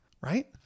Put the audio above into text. right